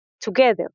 together